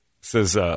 says